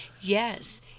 Yes